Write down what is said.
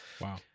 Wow